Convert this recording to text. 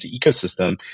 ecosystem